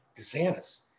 DeSantis